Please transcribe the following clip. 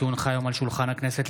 כי הונחה היום על שולחן הכנסת,